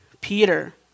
Peter